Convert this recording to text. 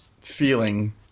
feeling